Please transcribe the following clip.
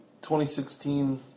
2016